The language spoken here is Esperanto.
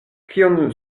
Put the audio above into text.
kion